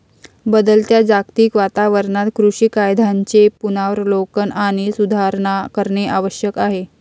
बदलत्या जागतिक वातावरणात कृषी कायद्यांचे पुनरावलोकन आणि सुधारणा करणे आवश्यक आहे